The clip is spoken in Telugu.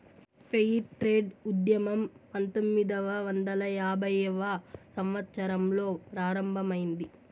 ఫెయిర్ ట్రేడ్ ఉద్యమం పంతొమ్మిదవ వందల యాభైవ సంవత్సరంలో ప్రారంభమైంది